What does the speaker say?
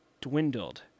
dwindled